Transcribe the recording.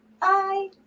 Bye